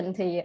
Thì